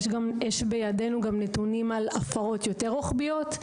יש בידינו נתונים גם על הפרות יותר רוחביות,